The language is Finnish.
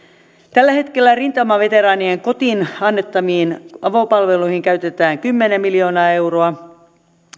tällä hetkellä rintamaveteraanien kotiin annettaviin avopalveluihin käytetään kymmenen miljoonaa euroa